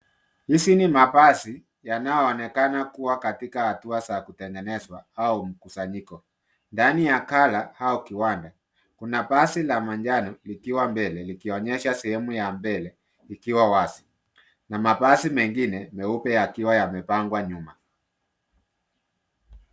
Hizi ni mavazi yanayoonekana kuwa katika hatua za kutengenezwa ,au mkusanyiko. Ndani ya kala au kiwanda kuna basi la manjano likiwa mbele, likionyesha sehemu ya mbele ,ikiwa wazi. Na mavazi mengine meupe yakiwa yamepangwa nyuma.